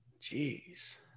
Jeez